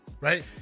right